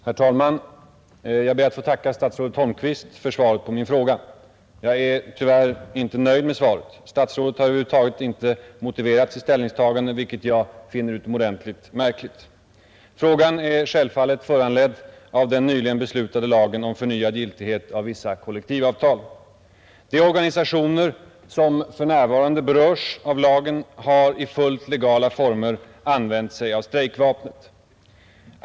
Herr talman! Jag ber att få tacka statsrådet Holmqvist för svaret på min fråga. Jag är tyvärr inte nöjd med svaret. Statsrådet har över huvud taget inte motiverat sitt ställningstagande, vilket jag finner utomordentligt märkligt. Frågan är självfallet föranledd av den nyligen beslutade lagen om förnyad giltighet för vissa kollektivavtal. De organisationer som för närvarande berörs av lagen har i fullt legala former använt sig av strejkvapnet.